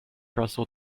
russell